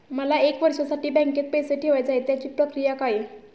मला एक वर्षासाठी बँकेत पैसे ठेवायचे आहेत त्याची प्रक्रिया काय?